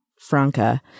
Franca